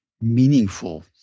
meaningful